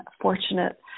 fortunate